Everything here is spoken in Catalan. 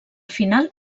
final